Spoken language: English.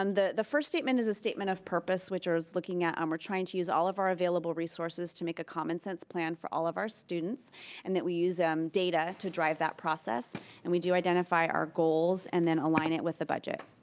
um the the first statement is a statement of purpose, which i was looking at, um we're trying to use all of our available resources to make a common sense plan for all of our students and that we use um data to drive that process and we do identify our goals and then align it with a budget.